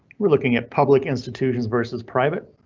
we're looking at public institutions versus private.